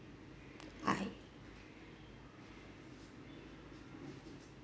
I